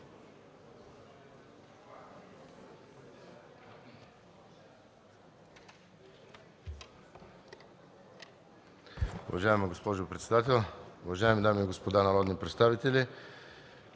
Уважаема госпожо председател, уважаеми дами и господа народни представители!